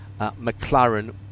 mclaren